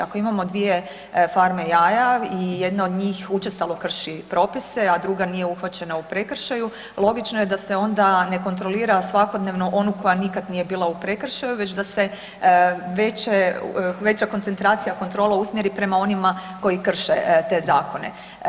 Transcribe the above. Ako imamo dvije farme jaja i jedna od njih učestalo krši propise, a druga nije uhvaćena u prekršaju, logično je da se onda ne kontrolira svakodnevno onu koja nikad nije bila u prekršaju već da se veće, veća koncentracija kontrola usmjeri prema onima koji krše te zakone.